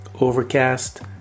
Overcast